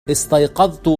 استيقظت